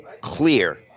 clear